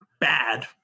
bad